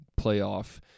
playoff